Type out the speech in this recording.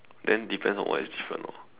then depends on what is different orh